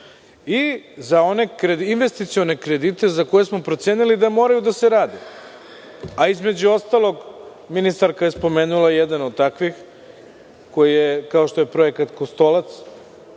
i za one investicione kredite za koje smo procenili da moraju da se rade, a ministarka je spomenula jedan od takvih, kao što je projekat „Kostolac“,